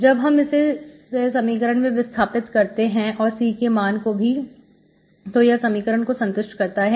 जब हम इसे समीकरण में विस्थापित करते हैं और C के मान को भी तो यह समीकरण को संतुष्ट करता है